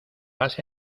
has